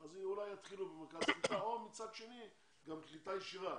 אז אולי יתחילו במרכז קליטה או מצד שני גם קליטה ישירה,